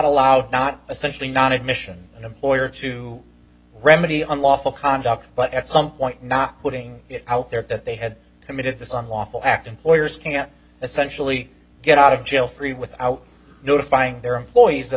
allowed not essentially not admission employer to remedy unlawful conduct but at some point not putting out there that they had committed this unlawful act and lawyers can essentially get out of jail free without notifying their employees that